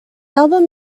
album